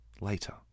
later